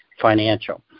Financial